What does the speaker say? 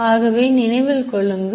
ஆகவே நினைவில் கொள்ளுங்கள்